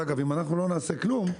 אגב, אם אנחנו לא נעשה כלום,